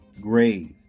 grave